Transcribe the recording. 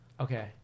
Okay